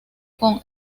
con